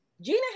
Gina